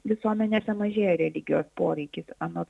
visuomenėse mažėja religijos poreikis anot